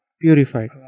purified